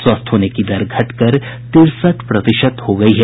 स्वस्थ होने की दर घटकर तिरसठ प्रतिशत हो गयी है